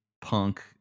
punk